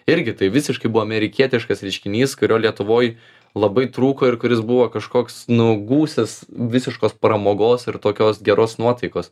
irgi tai visiškai buvo amerikietiškas reiškinys kurio lietuvoj labai trūko ir kuris buvo kažkoks nu gūsis visiškos pramogos ir tokios geros nuotaikos